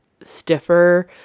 stiffer